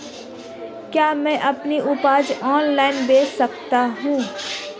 क्या मैं अपनी उपज ऑनलाइन बेच सकता हूँ?